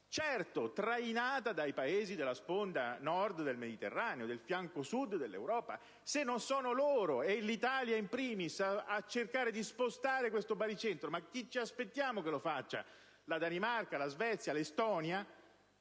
certo, trainata dai Paesi della sponda Nord del Mediterraneo, del fianco Sud dell'Europa. Se non sono loro, e l'Italia *in primis*, a cercare di spostare questo baricentro, chi ci aspettiamo lo faccia? La Danimarca, la Svezia, l'Estonia?